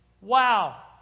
Wow